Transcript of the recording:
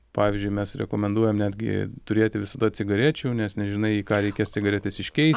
pavyzdžiui mes rekomenduojam netgi turėti visada cigarečių nes nežinai į ką reikės cigaretes iškeist